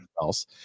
else